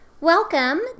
Welcome